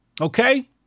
Okay